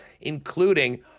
including